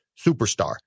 superstar